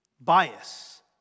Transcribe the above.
Bias